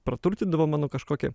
praturtindavo mano kažkokį